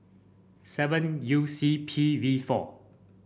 seven U C P V four